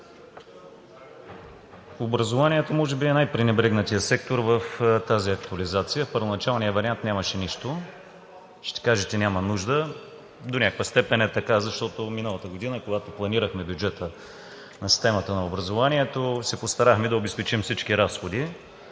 образованието може би е най-пренебрегнатият сектор в тази актуализация. В първоначалния вариант нямаше нищо. Ще кажете: няма нужда. До някаква степен е така, защото миналата година, когато планирахме бюджета на системата на образованието, се постарахме да обезпечим всички разходи.